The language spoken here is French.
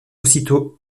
aussitôt